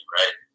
right